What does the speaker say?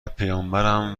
پیامبرمم